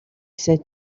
said